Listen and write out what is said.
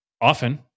often